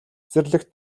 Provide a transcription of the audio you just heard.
цэцэрлэгт